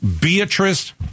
Beatrice